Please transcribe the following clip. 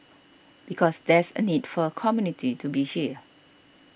because there's a need for a community to be here